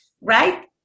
right